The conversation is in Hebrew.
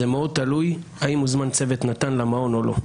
זה מאוד תלוי האם הוזמן צוות נט"ן למעון או לא.